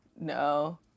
No